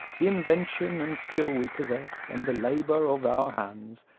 the invention and skill we possess, and the labor of our hands,